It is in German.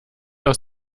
aus